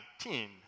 19